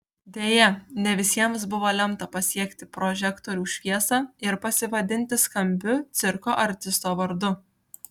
deja ne visiems buvo lemta pasiekti prožektorių šviesą ir pasivadinti skambiu cirko artisto vardu